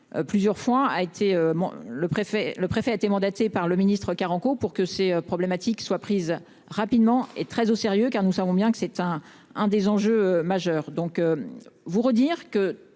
Le préfet, le préfet a été mandaté par le ministre-Carenco pour que ces problématiques soient prises rapidement et très au sérieux car nous savons bien que c'est un, un des enjeux majeurs donc. Vous redire que